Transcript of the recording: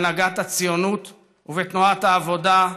בהנהגת הציונות ובתנועת העבודה,